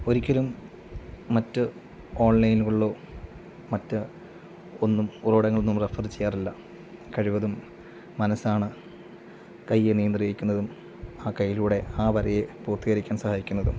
ഒരിക്കലും മറ്റ് ഓൺലൈനുകളിലോ മറ്റ് ഒന്നും ഉറവിടങ്ങളിൽന്നും റെഫർ ചെയ്യാറില്ല കഴിവതും മനസ്സാണ് കയ്യെ നിയന്ത്രിക്കുന്നതും ആ കയ്യിലൂടെ ആ വരയെ പൂർത്തീകരിക്കാൻ സഹായിക്കുന്നതും